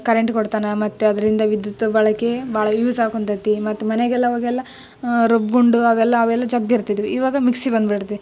current ಕೊಡ್ತಾನೆ ಮತ್ತೆ ಅದರಿಂದ ವಿದ್ಯುತ್ ಬಳಕೆ ಭಾಳ ಯೂಸ್ ಆಗುವಂಥದೈತೆ ಮತ್ತೆ ಮನೆಗೆಲ್ಲ ಆವಾಗೆಲ್ಲ ರುಬ್ಬೊ ಗುಂಡು ಅವೆಲ್ಲ ಅವೆಲ್ಲ ಜಗ್ ಇರ್ತಿದ್ವು ಇವಾಗ ಮಿಕ್ಸಿ ಬಂದ್ಬಿಡ್ತು